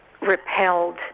repelled